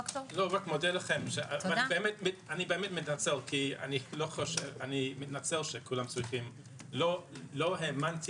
אני מתנצל שכולם צריכים - לא האמנתי